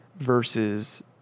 versus